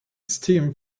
esteem